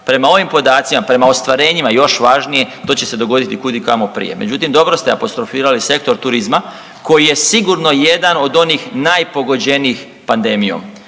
Prema ovim podacima, prema ostvarenjima još važnije, to će se dogoditi kudikamo prije. Međutim, dobro ste apostrofirali sektor turizma koji je sigurno jedan od onih najpogođenijih pandemijom.